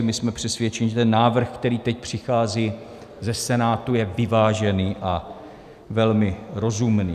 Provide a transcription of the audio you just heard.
My jsme přesvědčeni, že návrh, který teď přichází ze Senátu, je vyvážený a velmi rozumný.